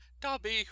Dobby